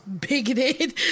bigoted